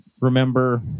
remember